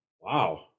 Wow